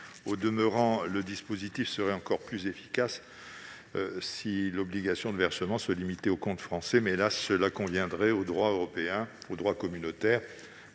Au demeurant, le dispositif serait encore plus efficace si l'obligation de versement se limitait aux comptes français, mais cela contreviendrait au droit communautaire,